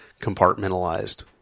compartmentalized